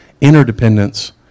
interdependence